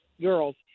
Girls